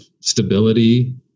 stability